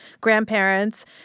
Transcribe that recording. grandparents